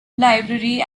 library